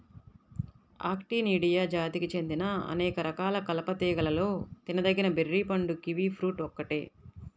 Actinidia జాతికి చెందిన అనేక రకాల కలప తీగలలో తినదగిన బెర్రీ పండు కివి ఫ్రూట్ ఒక్కటే